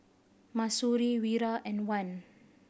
Mahsuri Wira and Wan